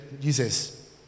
Jesus